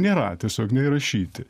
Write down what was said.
nėra tiesiog neįrašyti